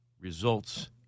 results